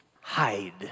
hide